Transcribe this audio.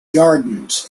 gardens